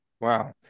Wow